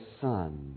son